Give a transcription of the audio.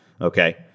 Okay